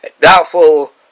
doubtful